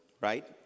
right